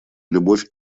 любовь